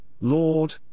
Lord